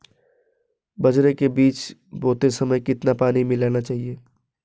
बाजरे के बीज बोते समय कितना पानी मिलाना चाहिए?